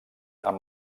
amb